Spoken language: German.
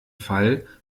fall